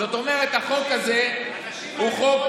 זאת אומרת החוק הזה הוא חוק